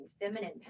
feminine